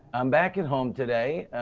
i'm back at home today,